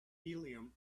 helium